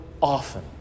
often